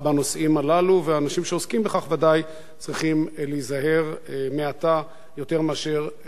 והאנשים שעוסקים בכך ודאי צריכים להיזהר מעתה יותר מאשר נזהרו בעבר,